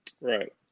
Right